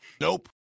Nope